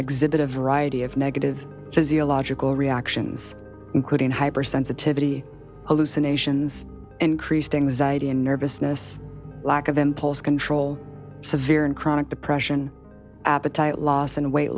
exhibit a variety of negative physiological reactions including hyper sensitivity hallucinations increased anxiety and nervousness lack of impulse control severe and chronic depression appetite loss and weight